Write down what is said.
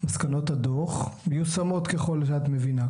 מסקנות הדוח מיושמות ככל שאת מבינה.